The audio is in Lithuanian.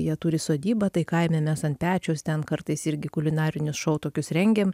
jie turi sodybą tai kaime mes ant pečiaus ten kartais irgi kulinarinius šou tokius rengiam